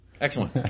Excellent